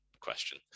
question